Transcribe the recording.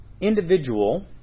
individual